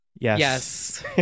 Yes